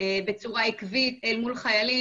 בצורה עקבית אל מול חיילים,